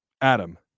Adam